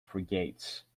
frigates